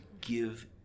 give